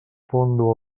fondo